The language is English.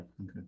okay